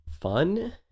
fun